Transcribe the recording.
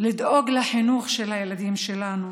לדאוג לחינוך של הילדים שלנו,